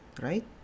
right